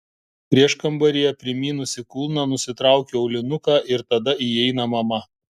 prieškambaryje primynusi kulną nusitraukiu aulinuką ir tada įeina mama